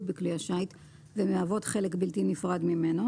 בכלי השיט ומהוות חלק בלתי נפרד ממנו,